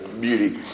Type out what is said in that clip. beauty